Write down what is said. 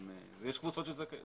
יש קבוצות נוספות.